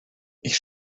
ich